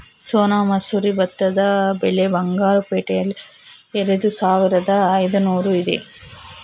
ಸೋನಾ ಮಸೂರಿ ಭತ್ತದ ಬೆಲೆ ಬಂಗಾರು ಪೇಟೆಯಲ್ಲಿ ಎರೆದುಸಾವಿರದ ಐದುನೂರು ಇದೆ